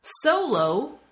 Solo